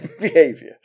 behavior